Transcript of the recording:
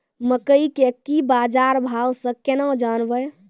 मकई के की बाजार भाव से केना जानवे?